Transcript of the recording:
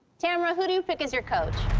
tamara, who do you pick as your coach?